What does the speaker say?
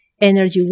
energy